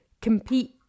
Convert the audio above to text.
compete